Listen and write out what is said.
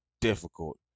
difficult